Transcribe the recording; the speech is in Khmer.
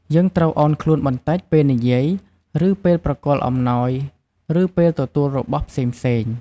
យើងត្រូវឱនខ្លួនបន្តិច ពេលនិយាយ ឬពេលប្រគល់អំណោយ ឬពេលទទួលរបស់ផ្សេងៗ។